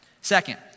Second